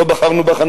לא בחרנו בך,